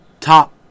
top